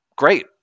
great